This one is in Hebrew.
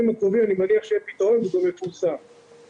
אני מקווה מאוד שבימים הקרובים נוכל לתת בשורות בנושא הזה.